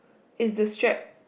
is the strap